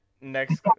next-